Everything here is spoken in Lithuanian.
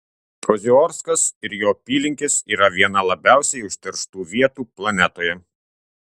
oziorskas ir jo apylinkės yra viena labiausiai užterštų vietų planetoje